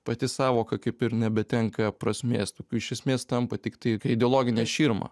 pati sąvoka kaip ir nebetenka prasmės tokiu iš esmės tampa tiktai ideologine širma